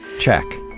check.